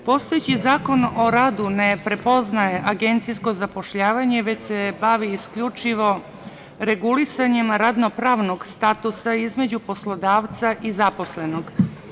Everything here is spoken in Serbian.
Postojeći Zakon o radu ne prepoznaje agencijsko zapošljavanje, već se bavi isključivo regulisanjem radno-pravnog statusa između poslodavca i zaposlenog.